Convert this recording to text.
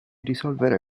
risolvere